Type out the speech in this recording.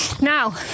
Now